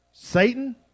Satan